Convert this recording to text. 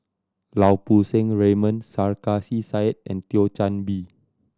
Lau Poo Seng Raymond Sarkasi Said and Thio Chan Bee